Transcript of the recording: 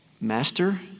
Master